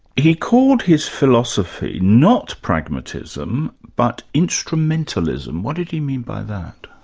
he called his philosophy not pragmatism, but instrumentalism. what did he mean by that?